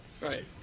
Right